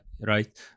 right